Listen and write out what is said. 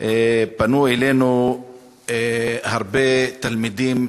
פנו אלינו הרבה תלמידים,